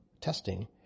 testing